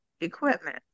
Equipment